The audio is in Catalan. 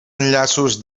enllaços